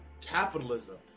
capitalism